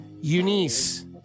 Eunice